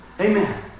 Amen